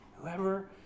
whoever